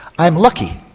i'm lucky,